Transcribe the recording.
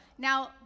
now